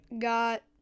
got